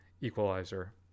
equalizer